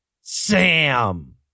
Sam